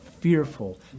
fearful